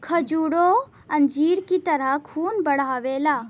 खजूरो अंजीर की तरह खून बढ़ावेला